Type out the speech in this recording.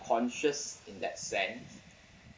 conscious in that sense